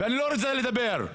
אני לא רוצה לדבר על זה בכלל.